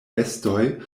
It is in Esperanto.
bestoj